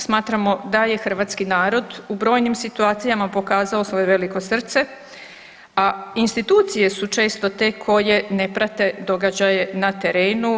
Smatramo da je hrvatski narod u brojnim situacijama pokazao svoje veliko srce, a institucije su često te koje ne prate događaje na terenu.